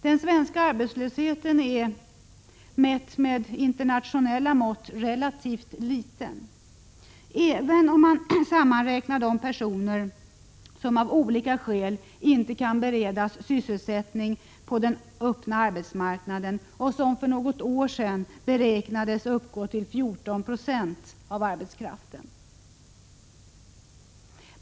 Den svenska arbetslösheten är, mätt med internationella mått, relativt liten även om man sammanräknar de personer som av olika skäl inte kan beredas sysselsättning på den öppna arbetsmarknaden och som för något år sedan beräknades uppgå till 14 96 av arbetskraften.